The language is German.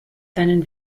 seinen